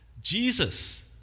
Jesus